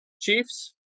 Chiefs